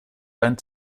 dein